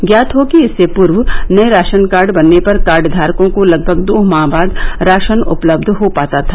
ज्ञात हो कि इससे पूर्व नए राशन कार्ड बनने पर कार्डधारकों को लगभग दो माह बाद राशन उपलब्ध हो पाता था